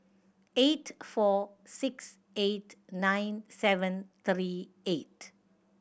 eight four six eight nine seven three eight